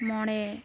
ᱢᱚᱬᱮ